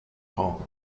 kong